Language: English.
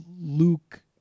Luke